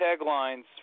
taglines